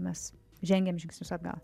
mes žengėm žingsnius atgal